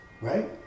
right